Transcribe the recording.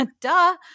duh